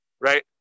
Right